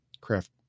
craft